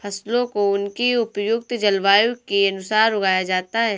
फसलों को उनकी उपयुक्त जलवायु के अनुसार उगाया जाता है